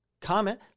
Comment